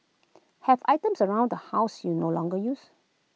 have items around the house you no longer use